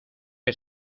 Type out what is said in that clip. que